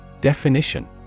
Definition